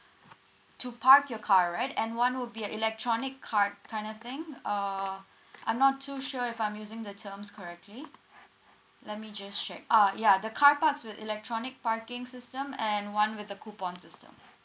to park your car right and one would be a electronic card kind of thing err I'm not too sure if I'm using the terms correctly let me just check uh ya the car parks with electronic parking system and one with the coupon system